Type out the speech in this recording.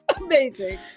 amazing